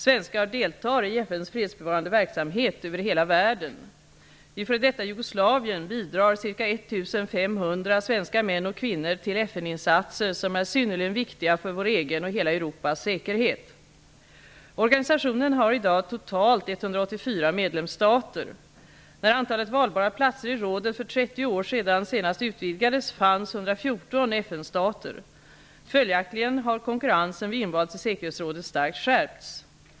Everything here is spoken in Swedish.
Svenskar deltar i FN:s fredsbevarande verksamhet över hela världen. I f.d. Jugoslavien bidrar ca 1 500 svenska män och kvinnor till FN-insatser som är synnerligen viktiga för vår egen och hela Europas säkerhet. Organisationen har i dag totalt 184 medlemsstater. När antalet valbara platser i rådet för trettio år sedan senast utvidgades fanns 114 FN-stater. Följaktligen har konkurrensen vid inval till säkerhetsrådet starkt skärpts.